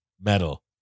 metal